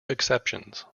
exceptions